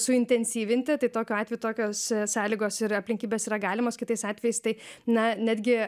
suintensyvinti tai tokiu atveju tokios sąlygos ir aplinkybės yra galimos kitais atvejais tai na netgi